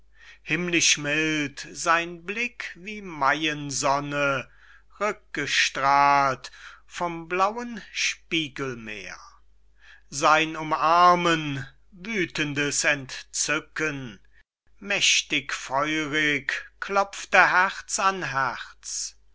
himmlisch mild sein blick wie mayen sonne rückgestralt vom blauen spiegel meer sein umarmen wüthendes entzücken mächtig feurig klopfte herz an herz